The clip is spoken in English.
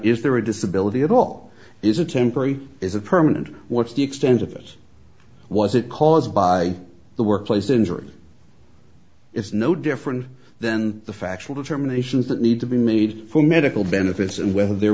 is there a disability at all is a temporary is a permanent what's the extent of it was it caused by the workplace injury is no different then the factual determination that need to be made for medical benefits and whether they're